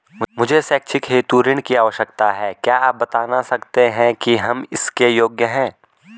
मुझे शैक्षिक हेतु ऋण की आवश्यकता है क्या आप बताना सकते हैं कि हम इसके योग्य हैं?